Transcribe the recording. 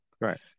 Right